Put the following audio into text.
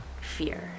fear